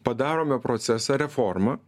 padarome procesą reformą